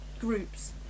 groups